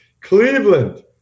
Cleveland